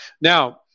Now